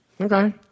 Okay